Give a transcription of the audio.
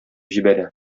җибәрә